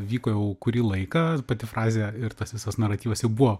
vyko jau kurį laiką pati frazė ir tas visas naratyvas jau buvo